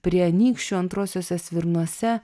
prie anykščių antruosiuose svirnuose